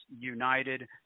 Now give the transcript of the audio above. united